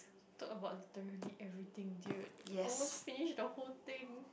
talk about literally everything dude almost finish the whole thing